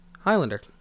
Highlander